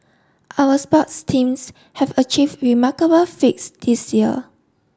our sports teams have achieved remarkable feats this year